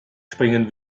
springen